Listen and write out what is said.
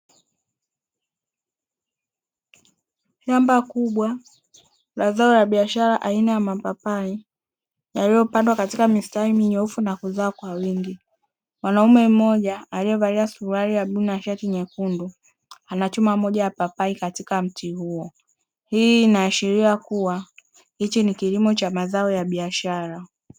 Shamba kubwa la zao la biashara aina ya mapapai yaliyopandwa katika mistari minyoofu na kuzaa kwa wingi. Mwanaume mmoja aliyevalia suruali ya bluu na shati nyekundu anachuma moja ya papai katika mti huo. Hii inaashiria kuwa hichi ni kilimo cha mazao ya biashara.